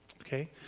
okay